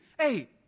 Hey